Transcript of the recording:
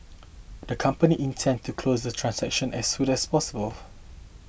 the company intends to close the transaction as soon as possible